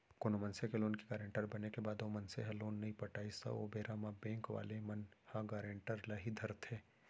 कोनो मनसे के लोन के गारेंटर बने के बाद ओ मनसे ह लोन नइ पटाइस त ओ बेरा म बेंक वाले मन ह गारेंटर ल ही धरथे